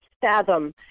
fathom